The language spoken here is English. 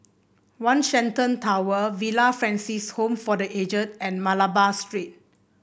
One Shenton Tower Villa Francis Home for The Aged and Malabar Street